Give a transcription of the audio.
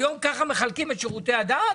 היום ככה מחלקים את שירותי הדת?